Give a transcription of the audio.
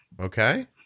okay